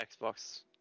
Xbox